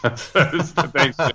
Thanks